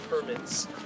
permits